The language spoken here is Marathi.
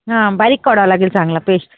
हां बारीक काढावा लागेल चांगला पेस्ट